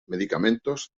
medicamentos